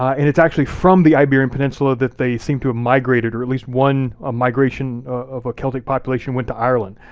and it's actually from the iberian peninsula that they seem to have migrated or at least one ah migration, of a celtic population went to ireland.